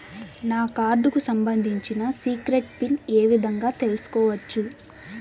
నా కార్డుకు సంబంధించిన సీక్రెట్ పిన్ ఏ విధంగా తీసుకోవచ్చు?